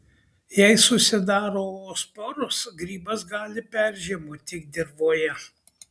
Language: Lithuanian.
jei susidaro oosporos grybas gali peržiemoti dirvoje